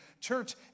church